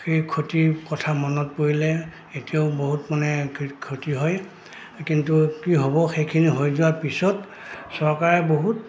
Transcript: সেই ক্ষতিৰ কথা মনত পৰিলে এতিয়াও বহুত মানে ক্ষতি হয় কিন্তু কি হ'ব সেইখিনি হৈ যোৱাৰ পিছত চৰকাৰে বহুত